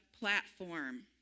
platform